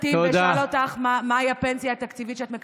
יושבים פה אנשים עם פנסיות תקציביות שמנות מאוד,